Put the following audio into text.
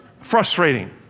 frustrating